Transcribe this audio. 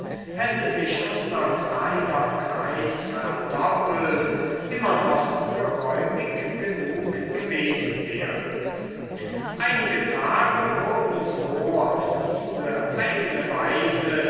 hätte sich unser kleiner kreis verdoppelt immer noch geräumig genug gewesen wäre einige tage wurden so auf diese eigene weise